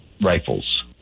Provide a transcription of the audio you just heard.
rifles